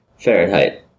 Fahrenheit